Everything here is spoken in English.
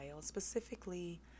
specifically